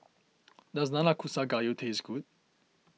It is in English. does Nanakusa Gayu taste good